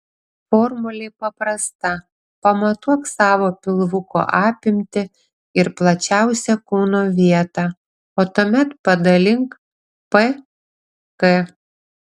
formulė paprasta pamatuok savo pilvuko apimtį ir plačiausią kūno vietą o tuomet padalink p k